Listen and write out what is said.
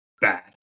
bad